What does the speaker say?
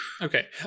Okay